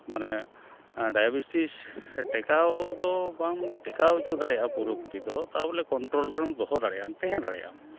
ᱢᱟᱱᱮ ᱰᱟᱭᱟᱵᱮᱴᱤᱥ ᱴᱮᱠᱟᱣᱫᱚ ᱵᱟᱝ ᱴᱮᱠᱟᱣᱚᱪᱚ ᱫᱟᱲᱮᱜᱼᱟ ᱯᱩᱨᱟᱹᱯᱚᱩᱨᱤᱫᱚ ᱛᱟᱵᱚᱞᱮ ᱠᱚᱱᱴᱨᱳᱞᱨᱮᱢ ᱫᱚᱦᱚ ᱫᱟᱲᱮᱜᱼᱟ ᱛᱟᱦᱮᱸ ᱫᱟᱲᱮᱭᱟᱜᱼᱟᱢ